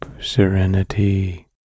serenity